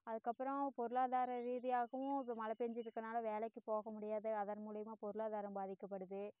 அதுக்கப்புறோம் பொருளாதார ரீதியாகவும் இப்போ மழை பெஞ்சிட்ருக்கறதுனால வேலைக்கு போக முடியாது அதன் மூலயுமா பொருளாதாரம் பாதிக்கப்படுது